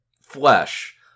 flesh